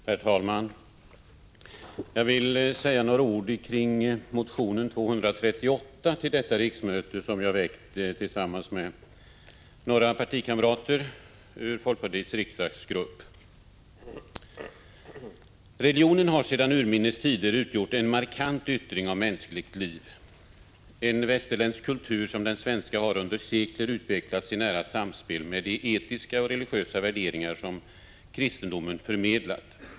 Herr talman! Jag vill säga några ord i anslutning till motion Ub238 till detta riksmöte, vilken jag väckt tillsammans med några kamrater ur folkpartiets riksdagsgrupp. Religionen har sedan urminnes tider utgjort en markant yttring av mänskligt liv. En västerländsk kultur som den svenska har under sekler utvecklats i nära samspel med de etiska och religiösa värderingar som kristendomen förmedlat.